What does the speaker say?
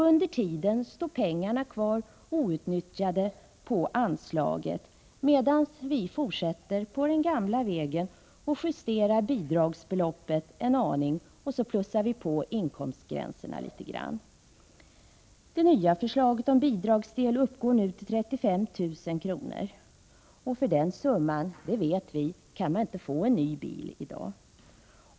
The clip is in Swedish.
Under tiden står pengarna kvar outnyttjade på anslaget, medan vi fortsätter på den gamla vägen och justerar bidragsbeloppet en aning och plussar på inkomstgränserna litet grand. Enligt det nya förslaget skall bidragsdelen nu uppgå till 35 000 kr., och vi vet att man för den summan inte får en ny bili dag.